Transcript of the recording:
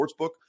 sportsbook